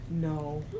No